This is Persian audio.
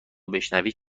بشنوید